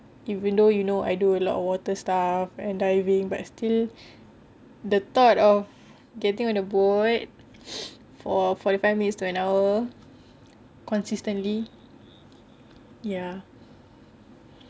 even though you know I do a lot of water stuff and diving but still the thought of getting on the boat for forty five minutes to an hour consistently ya